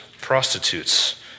prostitutes